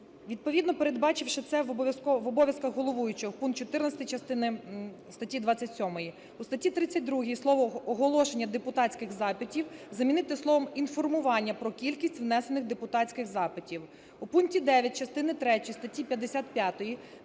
відповідно передбачивши це в обов'язках головуючого (пункт 14 частини… статті 27). У статті 32 слово "оголошення депутатських запитів" замінити словом "інформування про кількість внесених депутатських запитів".